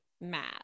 matt